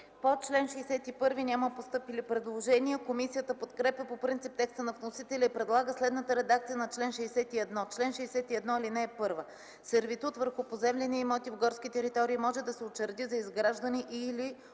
По чл. 61 няма постъпили предложения. Комисията подкрепя по принцип текста на вносителя и предлага следната редакция на чл. 61: „Чл. 61. (1) Сервитут върху поземлени имоти в горски територии може да се учреди за изграждане и/или